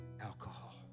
alcohol